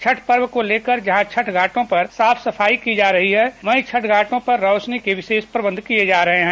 छठ पर्व को लेकर जहां छठ घाटों की साफ सफाई की जा रही हैं वहीं छठ घाटों पर रौशनी के विशेष प्रवन्ध किये जा रहे हैं